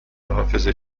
حافظه